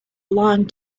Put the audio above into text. long